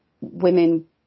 women